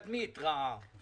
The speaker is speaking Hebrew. ולקבל תדמית רעה.